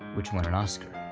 which won an oscar.